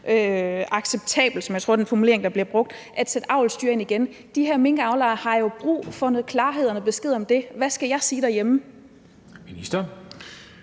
igen? Jeg tror, det er den formulering, der bliver brugt. De her minkavlere har jo brug for noget klarhed og besked om det. Hvad skal jeg sige derhjemme? Kl.